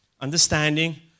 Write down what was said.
understanding